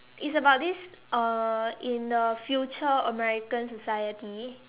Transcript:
it's about this uh in the future american society